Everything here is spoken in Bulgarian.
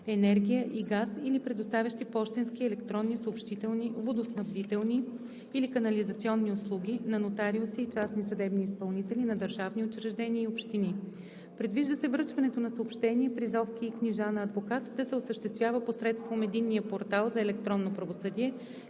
енергия и газ или предоставящи пощенски, електронни, съобщителни, водоснабдителни или канализационни услуги, на нотариуси и частни съдебни изпълнители, на държавни учреждения и общини. Предвижда се връчването на съобщения, призовки и книжа на адвокат да се осъществява посредством Единния портал за електронно правосъдие,